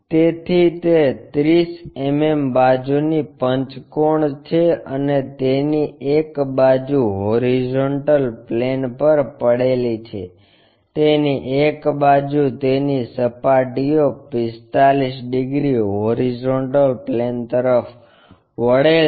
તેથી તે 30 mm બાજુની પંચકોણ છે અને તેની એક બાજુ હોરીઝોન્ટલ પ્લેન પર પડેલી છે તેની એક બાજુ તેની સપાટીઓ 45 ડિગ્રી હોરીઝોન્ટલ પ્લેન તરફ વળેલ છે